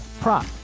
prop